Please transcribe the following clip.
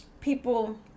people